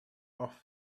off